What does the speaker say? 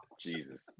Jesus